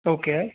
okay